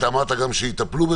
אתה אמרת שיטפלו בזה,